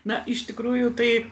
na iš tikrųjų tai